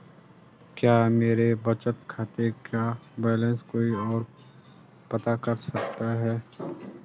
क्या मेरे बचत खाते का बैलेंस कोई ओर पता कर सकता है?